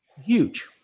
huge